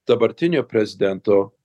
dabartiniu prezidentu